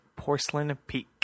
porcelainpeak